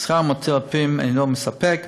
שכר המטפלים אינו מספק.